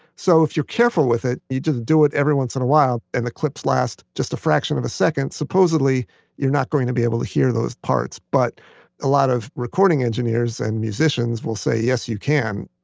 so, if you're careful with it, you just do it every once in a while and the clips last just a fraction of a second, supposedly you're not going to be able to hear those parts, but a lot of recording engineers and musicians will say, yes you can.